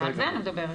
על זה אני מדברת.